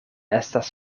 estas